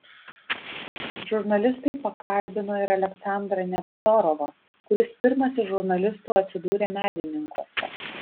žurnalistai pakalbino ir aleksandrą nevzorovą kuris pirmas iš žurnalistų atsidūrė medininkuose